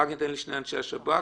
אחר כך, אתן לשני אנשי השב"כ.